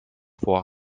vor